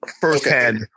firsthand